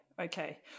Okay